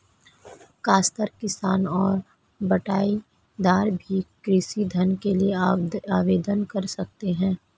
काश्तकार किसान और बटाईदार भी कृषि ऋण के लिए आवेदन कर सकते हैं